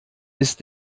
ist